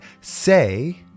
say